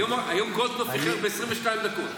היום גולדקנופ איחר ב-22 דקות.